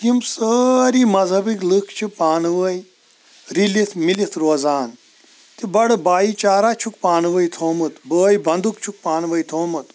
یِم سٲری مذہَبٔکۍ لُکھ چھِ پانہٕ ؤنۍ رلِتھ مِلِتھ روزان تہٕ بَڑٕ بایِہ چارا چھُکھ پانہٕ ؤنۍ تھوومُت بٲیہِ بَنٛدُک چھُکھ پانہٕ ؤنۍ تھوومُت